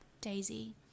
Daisy